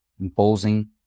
imposing